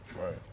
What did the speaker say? Right